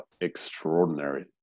extraordinary